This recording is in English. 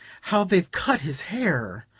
how they've cut his hair!